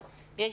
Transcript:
אז יש